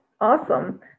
Awesome